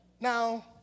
Now